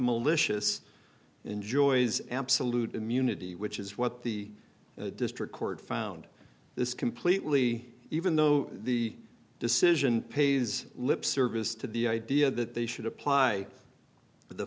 malicious enjoys absolute immunity which is what the district court found this completely even though the decision pays lip service to the idea that they should apply the